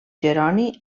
jeroni